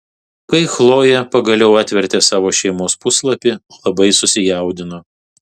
kai chlojė pagaliau atvertė savo šeimos puslapį labai susijaudino